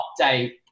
update